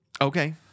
Okay